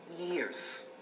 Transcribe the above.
years